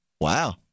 Wow